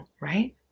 right